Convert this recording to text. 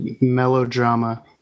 melodrama